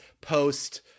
post